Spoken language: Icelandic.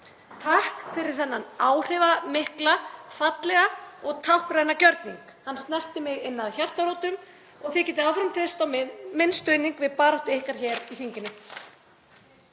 Takk fyrir þennan áhrifamikla, fallega og táknræna gjörning. Hann snerti mig inn að hjartarótum og þið getið áfram treyst á minn stuðning við baráttu ykkar hér í þinginu.